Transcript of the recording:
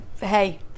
Hey